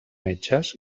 metges